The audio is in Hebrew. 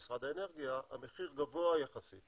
המחיר בישראל גבוה יחסית